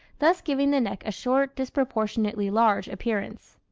thus giving the neck a short, disproportionately large appearance.